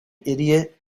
idiot